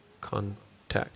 contact